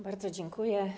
Bardzo dziękuję.